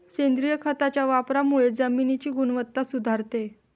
सेंद्रिय खताच्या वापरामुळे जमिनीची गुणवत्ता सुधारते